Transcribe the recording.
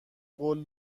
قول